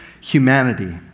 Humanity